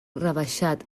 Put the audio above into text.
rebaixat